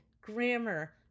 grammar